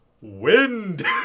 wind